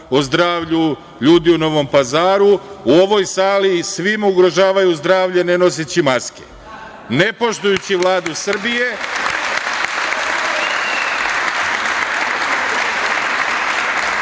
o zdravlju ljudi u Novom Pazaru u ovoj sali i svima ugrožavaju zdravlje ne noseći maske. Ne poštujući Vladu Srbije,